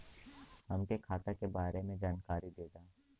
हमके खाता के बारे में जानकारी देदा?